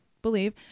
believe